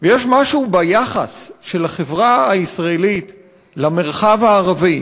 ויש משהו ביחס של החברה הישראלית למרחב הערבי,